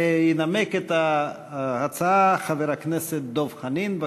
וינמק את ההצעה חבר הכנסת דב חנין.